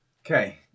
Okay